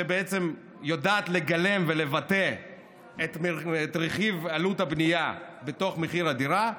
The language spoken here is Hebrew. שיודעת לגלם ולבטא את רכיב עלות הבנייה בתוך מחיר הדירה,